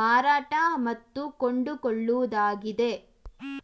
ಮಾರಾಟ ಮತ್ತು ಕೊಂಡುಕೊಳ್ಳುವುದಾಗಿದೆ